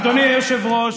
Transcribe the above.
אדוני היושב-ראש,